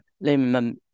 Lim